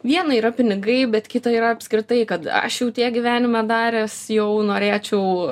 viena yra pinigai bet kita yra apskritai kad aš jau tiek gyvenime daręs jau norėčiau